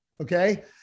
Okay